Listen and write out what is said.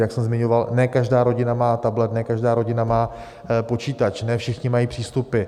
Jak jsem zmiňoval, ne každá rodina má tablet, ne každá rodina má počítač, ne všichni mají datové přístupy.